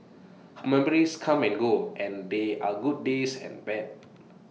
her memories come and go and there are good days and bad